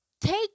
take